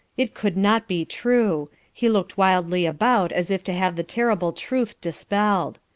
it could not be true. he looked wildly about as if to have the terrible truth dispelled.